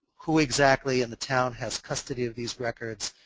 who exactly in the town has custody of these records,